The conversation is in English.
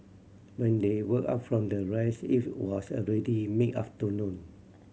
when they woke up from their rest it was already mid afternoon